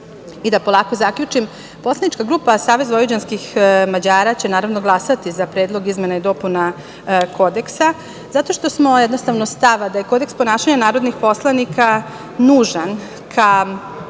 polako zaključim, poslanička grupa SVM će naravno glasati za Predlog izmena i dopuna Kodeksa zato što smo jednostavno stava da je Kodeks ponašanja narodnih poslanika nužan ka vraćanju